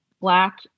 Black